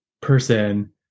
person